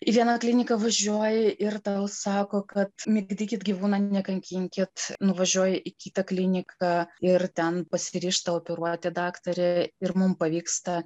į vieną kliniką važiuoji ir tau sako kad migdykit gyvūną nekankinkit nuvažiuoji į kitą kliniką ir ten pasiryžta operuoti daktarė ir mum pavyksta